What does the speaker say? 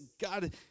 God